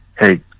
hey